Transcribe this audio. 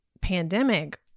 pandemic